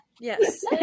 Yes